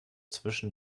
zwischen